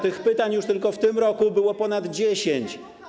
Tych pytań już tylko w tym roku było ponad 10.